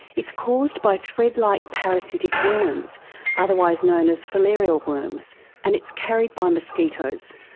it's caused by threadlike parasitic worms otherwise known as filarial worms and it's carried by mosquitoes.